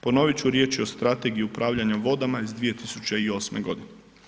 Ponovit ću riječi o Strategiji upravljanja vodama iz 2008. godine.